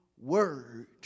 word